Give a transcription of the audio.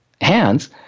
hands